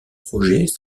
projets